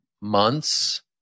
months